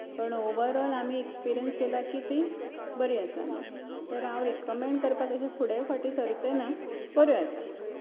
पूण overall आमी experience केलां की ती बरी आसा तर हांव रिकमेंड करपाक अशें फुडें फाटी सरचें ना बऱ्यो आसात